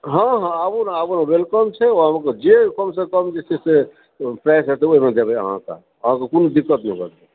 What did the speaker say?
हँ हँ आबु ने आबु ने वेलकम छै जे अहाँकेॅं कम से कम जे छै से पाइ हेतै ओतबेमे देबै हम अहाँकेँ कोनो दिक्कत नइ होवऽदेबै